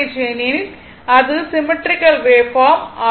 ஏனெனில் இது symmetrical waveform ஆகும்